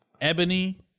ebony